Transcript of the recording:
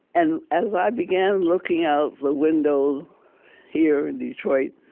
and as i began looking out the window here in detroit,